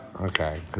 Okay